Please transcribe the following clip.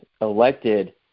elected